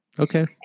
Okay